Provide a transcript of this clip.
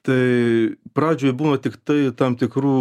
tai pradžioj būna tiktai tam tikrų